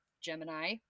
Gemini